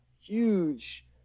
huge